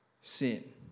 sin